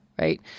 right